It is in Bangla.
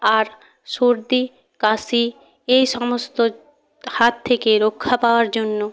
আর সর্দি কাশি এই সমস্তর হাত থেকে রক্ষা পাওয়ার জন্য